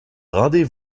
rendez